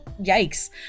yikes